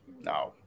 No